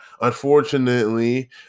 unfortunately